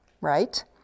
right